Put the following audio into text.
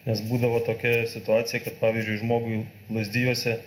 nes būdavo tokia situacija kad pavyzdžiui žmogui lazdijuose